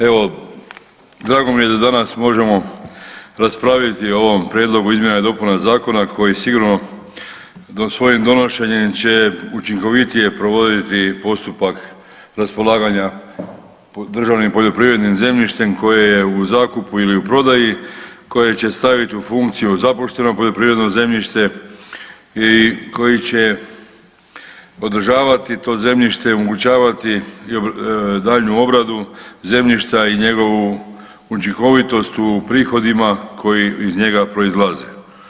Evo drago mi je da danas možemo raspraviti o ovom prijedlogu izmjena i dopuna zakona koji sigurno svojim donošenjem će učinkovitije provoditi postupak raspolaganja državnim poljoprivrednim zemljištem koje je u zakupu ili u prodaji, koje će staviti u funkciju zapušteno poljoprivredno zemljište i koji će održavati to zemljište i omogućavati daljnju obradu zemljišta i njegovu učinkovitost u prihodima koji iz njega proizlaze.